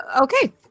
okay